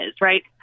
right